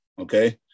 Okay